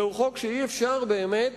זה חוק שאי-אפשר באמת